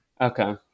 Okay